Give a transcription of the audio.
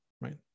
right